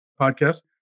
podcast